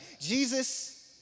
Jesus